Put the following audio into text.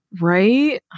Right